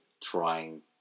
trying